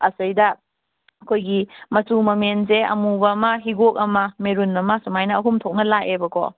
ꯑꯁꯤꯗꯩꯗ ꯑꯩꯈꯣꯏꯒꯤ ꯃꯆꯨ ꯃꯃꯦꯟꯁꯦ ꯑꯃꯨꯕ ꯑꯃ ꯍꯤꯒꯣꯛ ꯑꯃ ꯃꯦꯔꯨꯟ ꯑꯃ ꯁꯨꯃꯥꯏꯅ ꯑꯍꯨꯝ ꯊꯣꯛꯅ ꯂꯥꯛꯑꯦꯕꯀꯣ